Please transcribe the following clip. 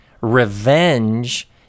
Revenge